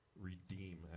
redeem